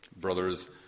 brothers